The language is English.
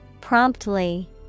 Promptly